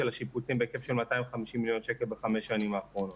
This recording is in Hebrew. השיפוצים בהיקף של 250 מיליון שקל בחמש השנים האחרונות.